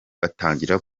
batangira